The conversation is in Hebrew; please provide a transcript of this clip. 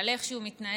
על איך שהוא מתנהל,